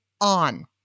on